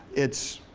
it's,